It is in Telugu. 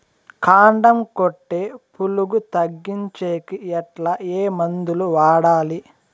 కాండం కొట్టే పులుగు తగ్గించేకి ఎట్లా? ఏ మందులు వాడాలి?